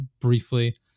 briefly